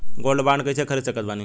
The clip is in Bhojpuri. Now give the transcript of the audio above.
गोल्ड बॉन्ड कईसे खरीद सकत बानी?